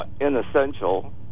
inessential